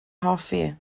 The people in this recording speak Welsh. hoffi